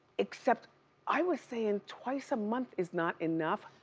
except i was saying twice a month is not enough.